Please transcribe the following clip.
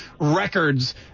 records